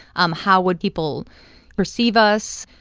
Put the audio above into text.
um how would people receive us?